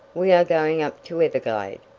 we are going up to everglade.